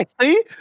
see